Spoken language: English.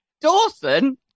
Dawson